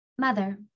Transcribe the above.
Mother